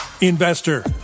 investor